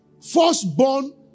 firstborn